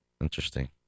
Interesting